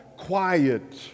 quiet